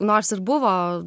nors ir buvo